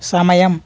సమయం